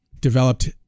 developed